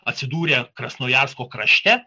atsidūrė krasnojarsko krašte